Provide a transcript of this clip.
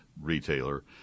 retailer